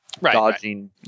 dodging